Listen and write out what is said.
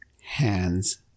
hands